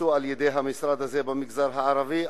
נעשו על-ידי המשרד הזה במגזר הערבי,